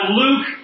Luke